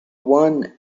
one